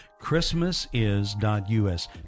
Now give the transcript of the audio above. christmasis.us